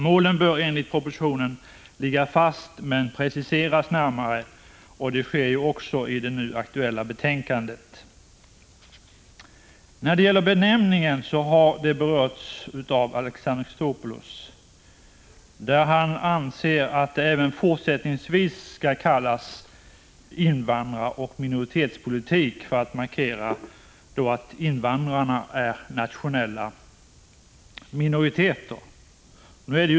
Målen bör enligt propositionen ligga fast men preciseras närmare, vilket också sker i det nu aktuella betänkandet. Benämningen av ämnesområdet har berörts av Alexander Chrisopoulos, som anser att det även fortsättningsvis skall kallas invandraroch minoritetspolitik för att markera att invandrarna är nationella minoriteter.